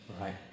Right